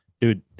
dude